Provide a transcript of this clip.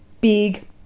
Big